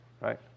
right